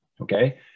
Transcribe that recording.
okay